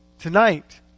Tonight